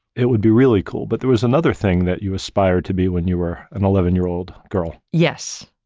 it would be really cool. but there was another thing that you aspire to be when you were an eleven year old girl. yes,